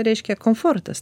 reiškia komfortas